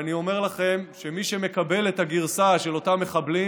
ואני אומר לכם שמי שמקבל את הגרסה של אותם מחבלים,